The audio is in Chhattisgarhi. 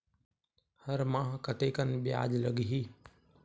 हर माह कतेकन ब्याज लगही?